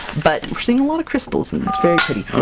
but we're seeing a lot of crystals and that's very pretty!